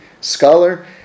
scholar